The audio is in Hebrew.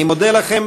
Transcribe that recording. אני מודה לכם,